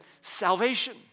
salvation